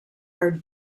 are